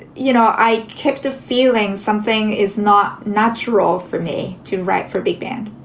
you know, i kept a feeling something is not natural for me to write for big band,